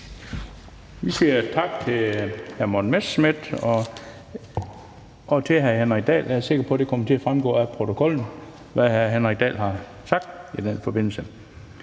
Vi siger tak til hr. Morten Messerschmidt og til hr. Henrik Dahl. Jeg er sikker på, at det kommer til at fremgå af protokollen, hvad hr. Henrik Dahl har sagt i den forbindelse.